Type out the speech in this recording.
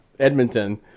Edmonton